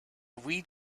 weed